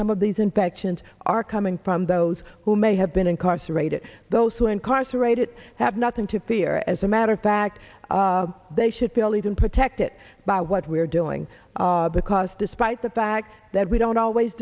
some of these infections are coming from those who may have been incarcerated those who are incarcerated have nothing to fear as a matter of fact they should believe in protected by what we're doing because despite the fact that we don't always